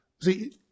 see